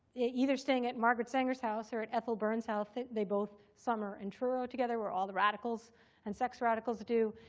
either staying at margaret sanger's house or at ethel byrne's house. they both summer in truro together, where all the radicals and sex radicals do.